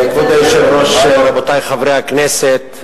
כבוד היושב-ראש, רבותי חברי הכנסת,